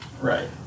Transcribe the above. Right